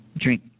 drink